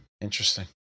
interesting